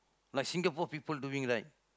like Singapore people doing right